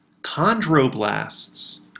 Chondroblasts